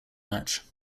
match